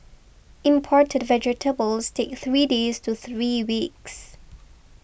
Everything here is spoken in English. imported vegetables take three days to three weeks